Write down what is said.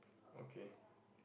okay